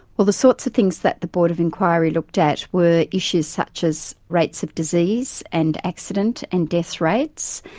well, the sorts of things that the board of inquiry looked at were issues such as rates of disease and accident and death rates,